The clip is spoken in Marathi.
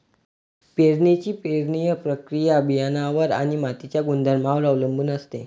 पेरणीची पेरणी प्रक्रिया बियाणांवर आणि मातीच्या गुणधर्मांवर अवलंबून असते